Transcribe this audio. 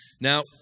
Now